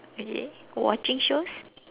really watching shows